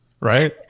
Right